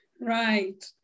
Right